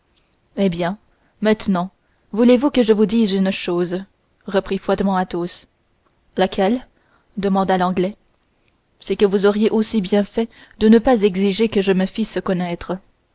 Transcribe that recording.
eh bien maintenant voulez-vous que je vous dise une chose reprit froidement athos laquelle demanda l'anglais c'est que vous auriez aussi bien fait de ne pas exiger que je me fisse connaître